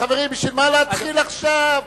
חברים, בשביל מה להתחיל עכשיו?